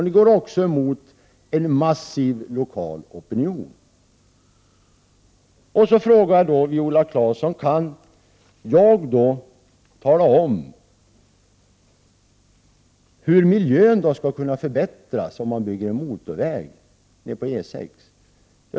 Ni går också emot en massiv lokal opinion. Viola Claesson frågar hur miljön skall kunna förbättras om man bygger ut motorvägen på E 6-an.